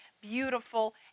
beautiful